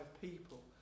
people